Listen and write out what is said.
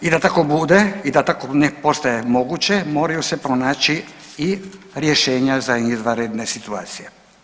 I da tako bude i tako ne postaje moguće moraju se pronaći i rješenja za izvanredne situacije.